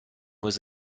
was